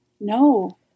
no